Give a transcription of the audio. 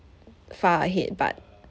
far ahead but